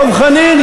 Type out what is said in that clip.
דב חנין,